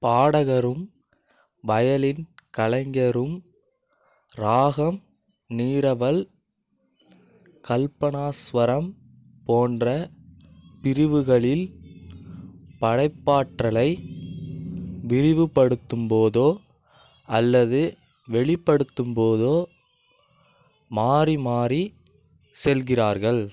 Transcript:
பாடகரும் violin கலைஞரும் ராகம் நீரவல் கல்பனாஸ்வரம் போன்ற பிரிவுகளில் படைப்பாற்றலை விரிவுபடுத்தும் போதோ அல்லது வெளிப்படுத்தும்போதோ மாறி மாறிச் செல்கிறார்கள்